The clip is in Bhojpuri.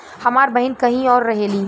हमार बहिन कहीं और रहेली